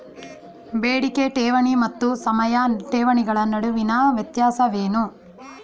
ಬೇಡಿಕೆ ಠೇವಣಿ ಮತ್ತು ಸಮಯ ಠೇವಣಿಗಳ ನಡುವಿನ ವ್ಯತ್ಯಾಸವೇನು?